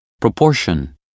Proportion